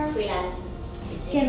freelance is it